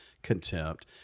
Contempt